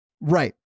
Right